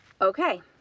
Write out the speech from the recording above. Okay